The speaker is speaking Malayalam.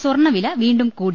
സ്വർണവില്ല വീണ്ടും കൂടി